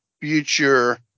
future